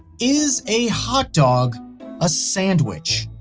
is a hot dog a sandwich?